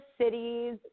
cities